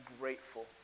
grateful